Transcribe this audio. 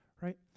right